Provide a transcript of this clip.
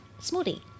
smoothie